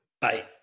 Bye